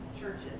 Churches